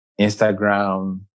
Instagram